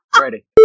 Ready